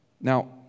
Now